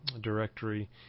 directory